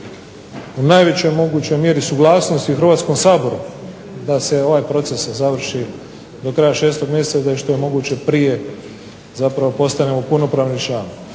u najvećoj mogućoj mjeri suglasnost i u Hrvatskom saboru da se ovaj proces završi do kraja 6 mjeseca i da je što je moguće prije zapravo postanemo punopravni član.